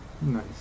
Nice